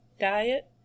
diet